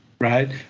right